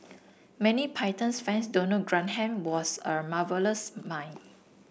many Python fans don't know Graham was a marvellous mime